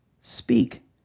speak